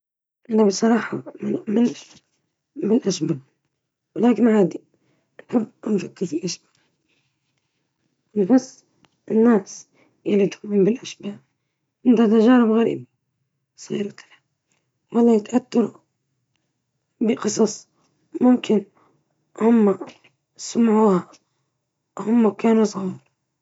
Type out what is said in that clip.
لا أؤمن بالأشباح، أعتقد أنها مجرد خرافات، البعض يؤمن بها لأنهم يرون أو يسمعون قصصًا غريبة، بينما الآخرون لا يؤمنون بسبب عدم وجود دليل مادي.